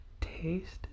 taste